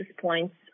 points